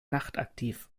nachtaktiv